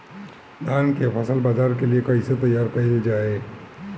धान के फसल बाजार के लिए कईसे तैयार कइल जाए?